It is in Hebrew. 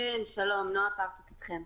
כן, שלום, נועה פרטוק איתכם.